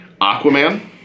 Aquaman